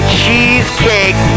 Cheesecake